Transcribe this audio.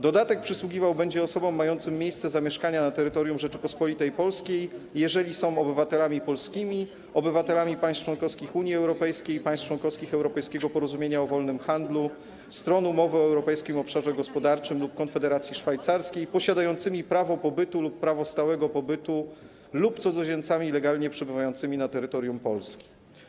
Dodatek przysługiwał będzie osobom mającym miejsce zamieszkania na terytorium Rzeczypospolitej Polskiej, jeżeli są obywatelami polskimi, obywatelami państw członkowskich Unii Europejskiej i państw członkowskich Europejskiego Porozumienia o Wolnym Handlu - stron umowy o Europejskim Obszarze Gospodarczym lub Konfederacji Szwajcarskiej posiadającymi prawo pobytu lub prawo stałego pobytu lub cudzoziemcami legalnie przebywającymi na terytorium Polski.